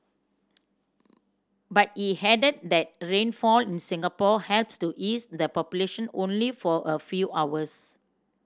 but he added that rainfall in Singapore helps to ease the population only for a few hours